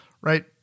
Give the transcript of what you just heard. right